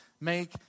make